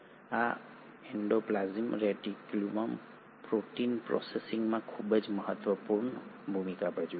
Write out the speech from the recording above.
અને આ endoplasmic reticulum protein પ્રોસેસિંગમાં ખૂબ જ મહત્વપૂર્ણ ભૂમિકા ભજવે છે